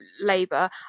Labour